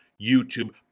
youtube